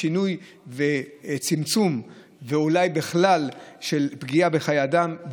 אולי בכלל זה יביא שינוי וצמצום בפגיעה בחיי אדם,